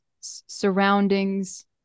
surroundings